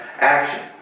action